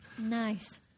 Nice